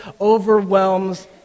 overwhelms